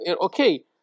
Okay